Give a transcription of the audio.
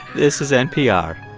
this is npr